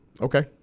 Okay